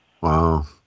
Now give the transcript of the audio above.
Wow